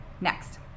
next